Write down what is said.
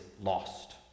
lost